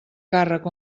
càrrec